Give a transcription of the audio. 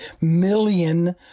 million